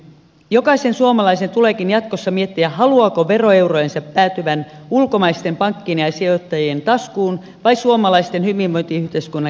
jokaisen suomalaisen tuleekin jatkossa miettiä haluaako veroeurojensa päätyvän ulkomaisten pankkien ja sijoittajien taskuun vai suomalaisten hyvinvointiyhteiskunnan kehittämiseen